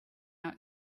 out